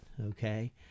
okay